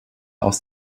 aus